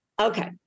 Okay